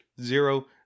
zero